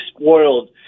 spoiled